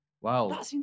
Wow